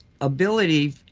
ability